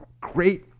great